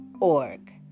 org